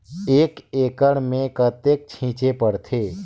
एक एकड़ मे कतेक छीचे पड़थे?